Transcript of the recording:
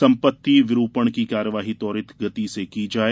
संपत्ति विरूपण की कार्यवाही त्वरित गति से की जाये